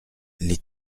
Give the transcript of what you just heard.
les